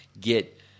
get